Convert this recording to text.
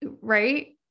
Right